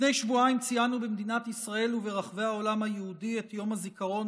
לפני שבועיים ציינו במדינת ישראל וברחבי העולם היהודי את יום הזיכרון